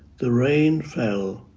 the rain fell,